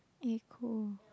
eh cool